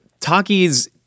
takis